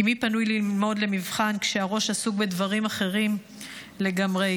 כי מי פנוי ללמוד למבחן כשהראש עסוק בדברים אחרים לגמרי.